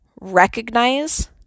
recognize